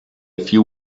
few